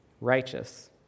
righteous